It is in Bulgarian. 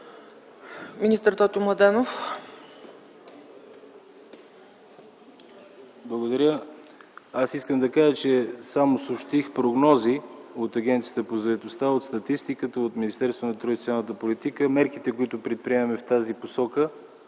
МИНИСТЪР ТОТЮ МЛАДЕНОВ: Благодаря. Искам да кажа, че само съобщих прогнози от Агенцията по заетостта, от статистиката, от Министерството на труда и социалната политика. Мерките, които предприемаме в тази посока,